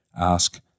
Ask